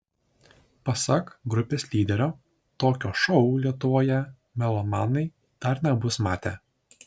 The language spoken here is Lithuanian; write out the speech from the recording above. pasak grupės lyderio tokio šou lietuvoje melomanai dar nebus matę